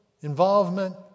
involvement